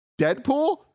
Deadpool